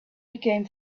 became